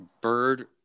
Bird